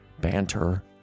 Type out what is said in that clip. Banter